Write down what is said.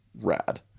rad